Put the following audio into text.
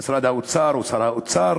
משרד האוצר או שר האוצר,